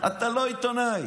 אתה לא עיתונאי,